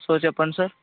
so చెప్పండి sir